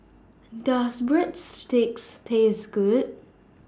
Does Breadsticks Taste Good